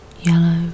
yellow